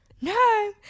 No